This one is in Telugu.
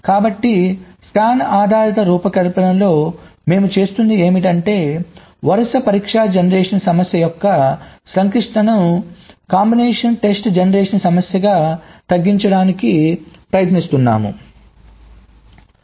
కాబట్టి స్కాన్ ఆధారిత రూపకల్పనలో మేము చేస్తున్నది ఏమిటంటే వరుస పరీక్ష జనరేషన్ సమస్య యొక్క సంక్లిష్టతను కాంబినేషన్ టెస్ట్ జనరేషన్ సమస్యగా తగ్గించడానికి ప్రయత్నిస్తున్నాము